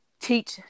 teach